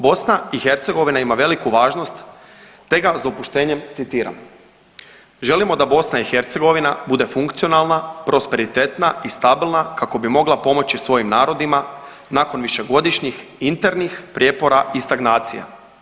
BiH ima veliku važnost te ga s dopuštenjem citiram, želimo da BiH bude funkcionalna, prosperitetna i stabilna kako bi mogla pomoći svojim narodima nakon višegodišnjih internih prijepora i stagnacija.